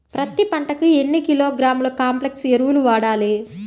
పత్తి పంటకు ఎన్ని కిలోగ్రాముల కాంప్లెక్స్ ఎరువులు వాడాలి?